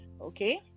okay